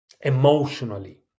emotionally